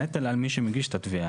הנטל הוא של מי שמגיש את התביעה,